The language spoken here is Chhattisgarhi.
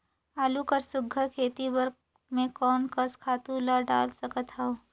आलू कर सुघ्घर खेती बर मैं कोन कस खातु ला डाल सकत हाव?